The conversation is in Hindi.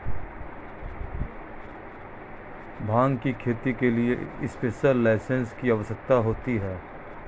भांग की खेती के लिए स्पेशल लाइसेंस की आवश्यकता होती है